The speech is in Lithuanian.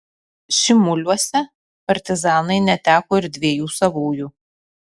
šimuliuose partizanai neteko ir dviejų savųjų